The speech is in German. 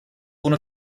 ohne